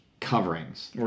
coverings